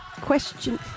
Question